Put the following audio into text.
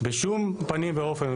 בשום פנים ואופן,